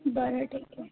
बरं ठीक आहे